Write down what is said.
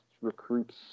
recruits